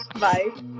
Bye